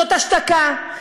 זאת השתקה,